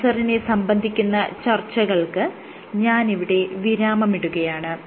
ക്യാൻസറിനെ സംബന്ധിക്കുന്ന ചർച്ചകൾക്ക് ഞാനിവിടെ വിരാമമിടുകയാണ്